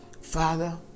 father